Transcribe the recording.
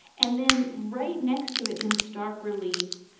and then right next to it in stark relief,